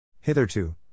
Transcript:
Hitherto